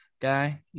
guy